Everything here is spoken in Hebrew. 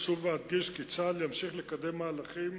אשוב ואדגיש כי צה"ל ימשיך לקדם מהלכים